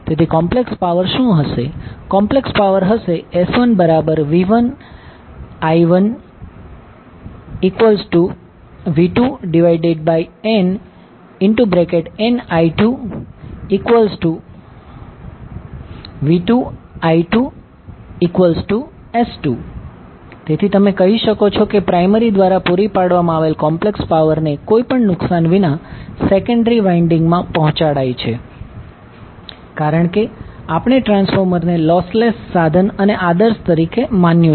તેથી complex power શું હશે કોમ્પ્લેક્સ પાવર હશે S1V1I1V2nnI2V2I2S2 તેથી તમે કહી શકો છો કે પ્રાયમરી દ્વારા પૂરી પાડવામાં આવેલ કોમ્પ્લેક્સ પાવરને કોઈપણ નુકસાન વિના સેકન્ડરી વાઇન્ડીંગ માં પહોંચાડાય છે કારણ કે આપણે ટ્રાન્સફોર્મરને લોસલેસ સાધન અને આદર્શ તરીકે માન્યું છે